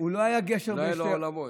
לא היה לו עולמות.